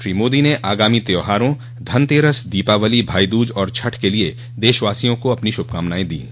श्री मोदी ने आगामी त्यौहारों धनतेरस दीपावली भाई दूज और छठ के लिए देशवासियों को शुभकामनाएं दीं